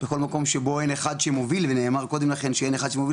בכל מקום שבו אין אחד שמוביל ונאמר קודם לכן שאין אחד שמוביל